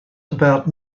about